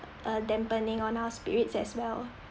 uh dampening on our spirits as well